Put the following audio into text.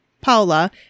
Paula